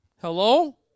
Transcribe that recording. Hello